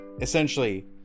essentially